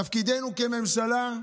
תפקידנו כממשלה,